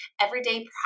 everyday